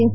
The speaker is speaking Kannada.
ಎಸ್